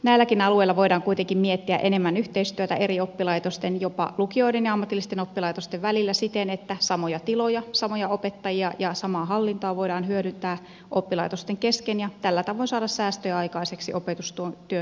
näilläkin alueilla voidaan kuitenkin miettiä enemmän yhteistyötä eri oppilaitosten jopa lukioiden ja ammatillisten oppilaitosten välillä siten että samoja tiloja samoja opettajia ja samaa hallintoa voidaan hyödyntää oppilaitosten kesken ja tällä tavoin saada säästöjä aikaiseksi opetustyön kärsimättä